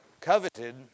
coveted